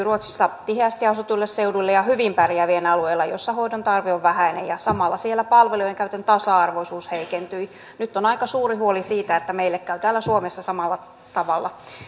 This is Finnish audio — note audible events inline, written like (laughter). (unintelligible) ruotsissa tiheästi asutuille seuduille ja hyvin pärjäävien alueille joilla hoidon tarve on vähäinen ja samalla siellä palvelujen käytön tasa arvoisuus heikentyi nyt on aika suuri huoli siitä että meille käy täällä suomessa samalla tavalla